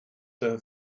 der